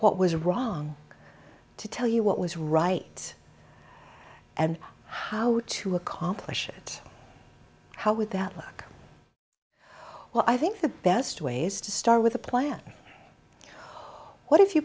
what was wrong to tell you what was right and how to accomplish it how would that work well i think the best ways to start with a plan what